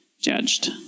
judged